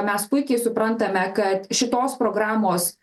mes puikiai suprantame kad šitos programos